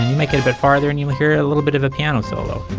make a bit farther and you hear a little bit of a piano solo